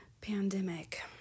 pandemic